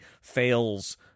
fails